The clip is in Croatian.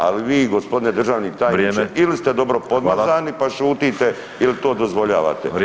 Ali vi gospodine državni tajniče ili ste dobro podmazani pa šutite ili to dozvoljavate.